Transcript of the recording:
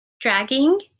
dragging